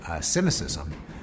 cynicism